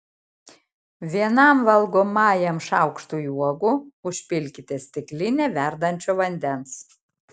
vienam valgomajam šaukštui uogų užpilkite stiklinę verdančio vandens